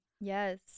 Yes